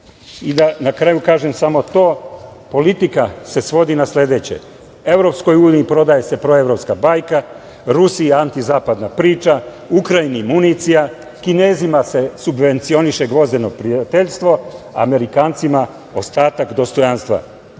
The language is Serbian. prava. Na kraju da kažem samo to – politika se svodi na sledeće: Evropskoj uniji prodaje se proevropska bajka, Rusiji anti zapadna priča, Ukrajini municija, Kinezima se subvencioniše gvozdeno prijateljstvo, a Amerikancima ostatak dostojanstva.